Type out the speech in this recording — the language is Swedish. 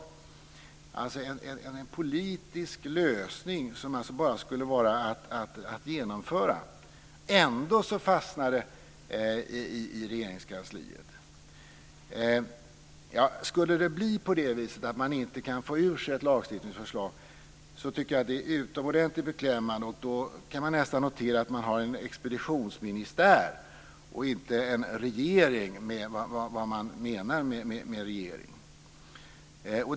Det finns alltså en politisk lösning som bara skulle vara att genomföra. Ändå fastnar det i Regeringskansliet! Skulle det bli så att man inte kan få ur sig ett lagstiftningsförslag tycker jag att det är utomordentligt beklämmande. Då kan man nästan notera att man har en expeditionsministär, och inte en regering och vad man menar med en sådan.